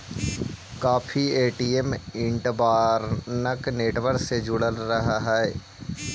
काफी ATM interbank network से जुड़ल रहऽ हई